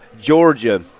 Georgia